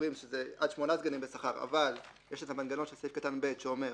ואומרים שזה עד 8 סגנים בשכר אבל יש את המנגנון של סעיף קטן (ב) שאומר: